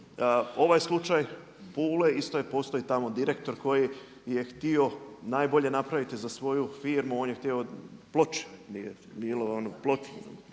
Ovaj slučaj Pule isto tamo postoji direktori koji je htio najbolje napraviti za svoju firmu, on je htio ploče